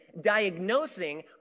diagnosing